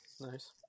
Nice